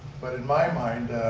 but in my mind